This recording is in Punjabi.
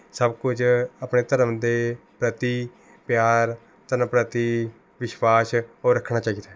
ਸਭ ਕੁਝ ਆਪਣੇ ਧਰਮ ਦੇ ਪ੍ਰਤੀ ਪਿਆਰ ਧਰਮ ਪ੍ਰਤੀ ਵਿਸ਼ਵਾਸ ਓ ਰੱਖਣਾ ਚਾਹੀਦਾ ਹੈ